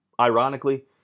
Ironically